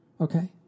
Okay